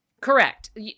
Correct